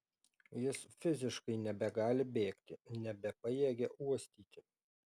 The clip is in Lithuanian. jis fiziškai nebegali bėgti nebepajėgia uostyti